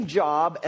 job